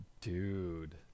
Dude